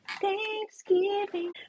Thanksgiving